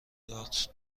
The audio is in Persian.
دارت